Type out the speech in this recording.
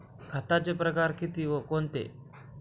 खताचे प्रकार किती व कोणते?